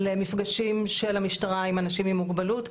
מפגשים של המשטרה עם אנשים עם מוגבלות.